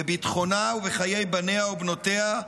בביטחונה ובחיי בניה ובנותיה,